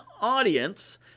audience